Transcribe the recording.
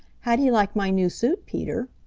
how do you like my new suit, peter?